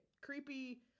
Creepy